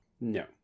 no